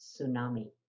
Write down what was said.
tsunami